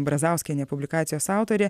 brazauskienė publikacijos autorė